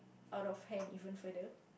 out of hand even further